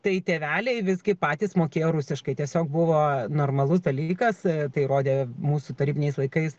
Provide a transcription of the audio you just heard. tai tėveliai visgi patys mokėjo rusiškai tiesiog buvo normalus dalykas tai rodė mūsų tarybiniais laikais